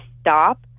stop